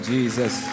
Jesus